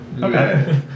Okay